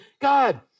God